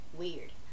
weird